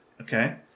okay